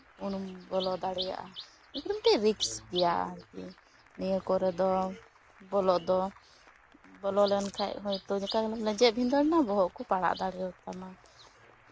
ᱩᱱᱩᱢ ᱵᱚᱞᱚ ᱫᱟᱲᱮᱭᱟᱜᱼᱟ ᱮᱭ ᱠᱟᱨᱚᱱ ᱛᱮ ᱨᱤᱠᱥ ᱜᱮᱭᱟ ᱱᱤᱭᱟᱹ ᱠᱚᱨᱮ ᱫᱚ ᱵᱚᱞᱚᱜ ᱫᱚ ᱵᱚᱞᱚ ᱞᱮᱱᱠᱷᱟᱡ ᱦᱚᱭᱛᱳ ᱤᱱᱠᱟ ᱞᱮᱸᱡᱮᱛ ᱵᱷᱤᱸᱫᱟᱹᱲᱮᱱᱟ ᱵᱚᱦᱚᱜ ᱠᱚ ᱯᱟᱲᱟᱜ ᱫᱟᱲᱮᱭᱟ ᱛᱟᱢᱟ